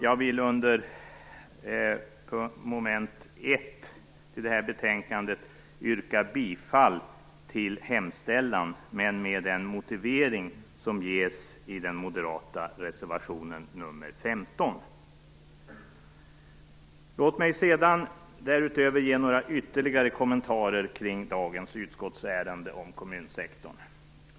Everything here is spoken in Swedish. Jag vill under mom. 1 i betänkandet yrka bifall till utskottets hemställan men med den motivering som ges i den moderata reservationen nr Låt mig därutöver ge några ytterligare kommentarer kring dagens utskottsärende om kommunsektorn.